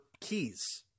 keys